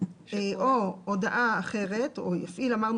יפרסמו" אנחנו מציעים להוסיף את המילים "באופן נגיש" למרות